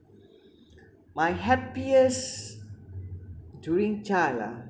my happiest during child ah